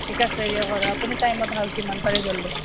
ঠিক আছে দিয়ক আৰু আপুনি টাইমত আহক যিমান পাৰে জলদি